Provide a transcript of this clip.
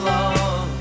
Love